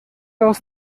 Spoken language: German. aus